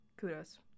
Kudos